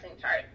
chart